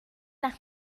nach